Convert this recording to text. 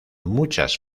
muchas